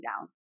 down